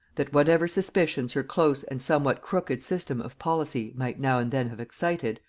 that whatever suspicions her close and somewhat crooked system of policy might now and then have excited,